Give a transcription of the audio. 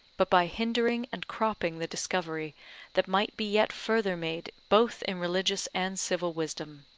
but by hindering and cropping the discovery that might be yet further made both in religious and civil wisdom.